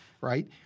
right